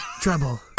Trouble